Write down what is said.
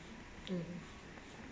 mm